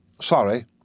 Sorry